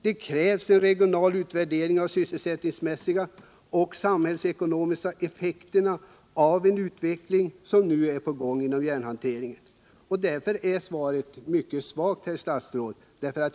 Det krävs en regional utvärdering av de sysselsättningsmässiga och samhällsekonomiska effekterna av den utveckling som nu är på gång inom järnhanteringen. Mot den bakgrunden är det svar jag fått mycket svagt.